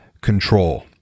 control